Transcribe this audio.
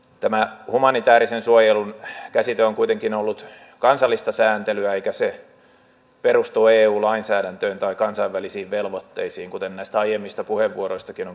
tämä humanitäärisen suojelun käsite on kuitenkin ollut kansallista sääntelyä eikä se perustu eu lainsäädäntöön tai kansainvälisiin velvoitteisiin kuten näistä aiemmista puheenvuoroistakin on käynyt ilmi